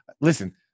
Listen